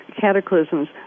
cataclysms